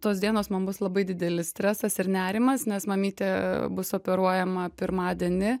tos dienos man bus labai didelis stresas ir nerimas nes mamytė bus operuojama pirmadienį